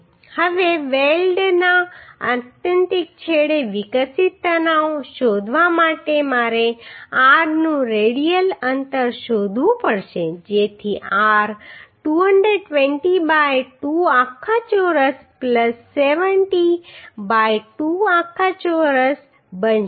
હવે વેલ્ડના આત્યંતિક છેડે વિકસિત તણાવ શોધવા માટે મારે r નું રેડિયલ અંતર શોધવું પડશે જેથી r 220 બાય 2 આખા ચોરસ 70 બાય 2 આખા ચોરસ બનશે